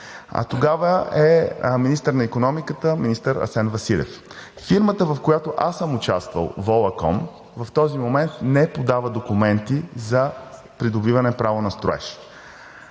АД. Тогава министър на икономиката е министър Асен Василев. Фирмата, в която аз съм участвал – „Волаком“, в този момент не подава документи за придобиване право на строеж.